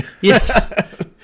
yes